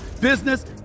business